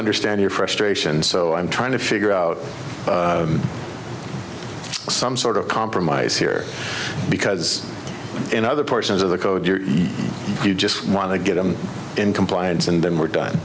understand your frustration so i'm trying to figure out some sort of compromise here because in other portions of the code you just want to get them in compliance and then we're done